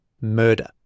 Murder